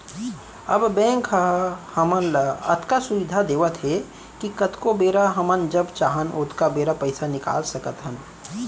अब बेंक ह हमन ल अतका सुबिधा देवत हे कि कतको बेरा हमन जब चाहन ओतका बेरा पइसा निकाल सकत हन